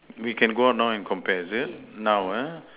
we can go out now and compare is it now ah